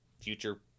future